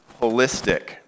holistic